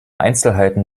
einzelheiten